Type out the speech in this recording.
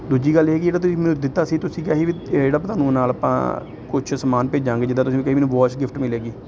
ਦੂਜੀ ਗੱਲ ਇਹ ਕਿ ਜਿਹੜਾ ਤੁਸੀਂ ਮੈਨੂੰ ਦਿੱਤਾ ਸੀ ਤੁਸੀਂ ਕਿਹਾ ਸੀ ਵੀ ਜਿਹੜਾ ਤੁਹਾਨੂੰ ਨਾਲ ਆਪਾਂ ਕੁਛ ਸਮਾਨ ਭੇਜਾਂਗੇ ਜਿੱਦਾਂ ਤੁਸੀਂ ਮੈਨੂੰ ਕਿਹਾ ਮੈਨੂੰ ਵਾਚ ਗਿਫਟ ਮਿਲੇਗੀ